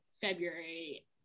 february